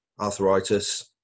arthritis